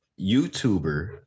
YouTuber